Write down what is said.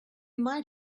might